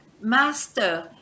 Master